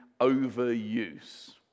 overuse